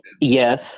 Yes